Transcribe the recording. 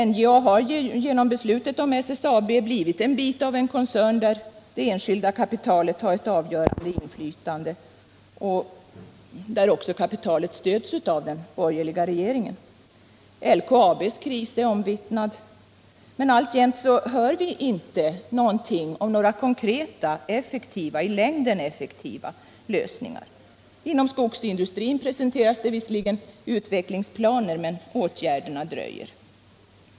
NJA har genom beslutet om SSAB blivit en bit av en koncern där det enskilda kapitalet har ett avgörande inflytande, och det kapitalet stöds också av den borgerliga regeringen. LKAB:s kris är omvittnad, men ännu hör vi inte någonting om några konkreta, i längden effektiva lösningar. Inom skogsindustrin presenteras det visserligen utvecklingsplaner, men åtgärderna dröjer.